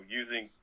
using